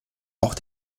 auch